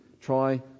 Try